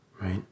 right